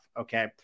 Okay